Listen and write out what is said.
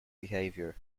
behavior